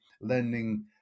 lending